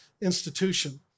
institution